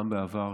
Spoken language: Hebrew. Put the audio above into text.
גם בעבר,